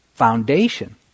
foundation